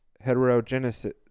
heterogeneity